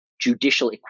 judicial